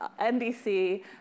NBC